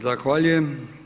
Zahvaljujem.